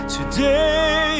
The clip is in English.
Today